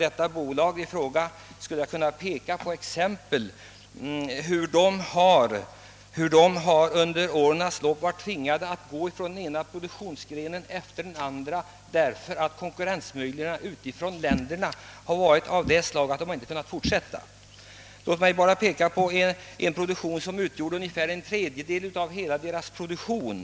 Jag skulle kunna ge exempel på hur detta bolag under årens lopp har tvingats att gå från den ena produktionsgrenen till den andra därför att konkurrensen från utlandet gjorde att man inte kunde fortsätta. Låt mig nämna en produkt som utgjorde ungefär en tredjedel av hela produktionen.